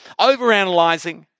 overanalyzing